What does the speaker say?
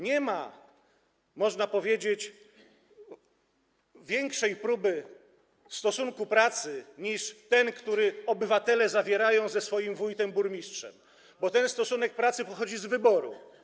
Nie ma, można powiedzieć, lepszej próby stosunku pracy niż wtedy, gdy obywatele zawierają ten stosunek ze swoim wójtem czy burmistrzem, bo ten stosunek pracy pochodzi z wyboru.